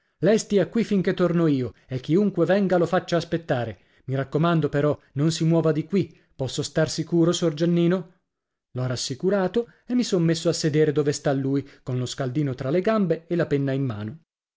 lei stia qui finché torno io e chiunque venga lo faccia aspettare i raccomando però non si muova di qui posso star sicuro sor giannino l'ho rassicurato e mi son messo a sedere dove sta lui con lo scaldino tra le gambe e la penna in mano